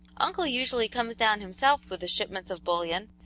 uncle usually comes down himself with the shipments of bullion,